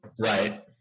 Right